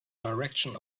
direction